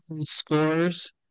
scores